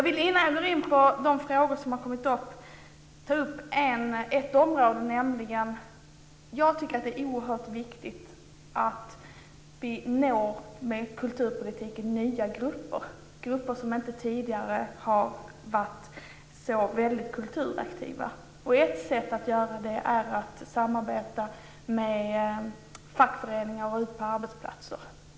Innan jag går in på de frågor som har kommit upp ta upp ett område. Jag tycker att det är oerhört viktigt att vi med kulturpolitiken når nya grupper, grupper som tidigare inte har varit så väldigt kulturaktiva. Ett sätt att göra det är att samarbeta med fackföreningar och gå ut på arbetsplatser.